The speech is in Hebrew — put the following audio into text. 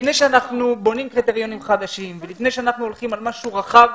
לפני שאנחנו בונים קריטריונים חדשים ולפני שאנחנו הולכים על משהו רחב,